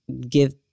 give